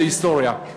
להיסטוריה,